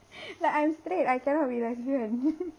like I'm straight I cannot be lesbian